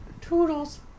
Toodles